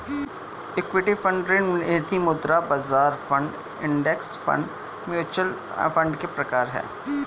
equity fund ऋण निधिमुद्रा बाजार fund index fund mutual fund के प्रकार हैं